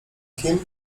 kim